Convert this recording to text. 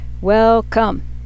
Welcome